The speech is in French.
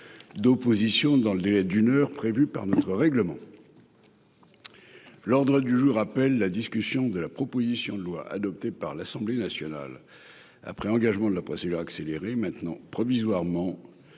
d'opposition dans le délai d'une heure prévu par notre règlement. L'ordre du jour appelle la discussion de la proposition de loi, adoptée par l'Assemblée nationale, après engagement de la procédure accélérée, maintenant provisoirement